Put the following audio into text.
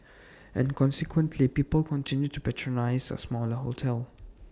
and consequently people continued to patronise A smaller hotel